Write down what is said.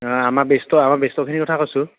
অঁ আমাৰ বেচ্টো আমাৰ বেচ্টোৰখিনিৰ কথা কৈছোঁ